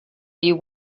you